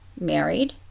married